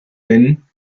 hin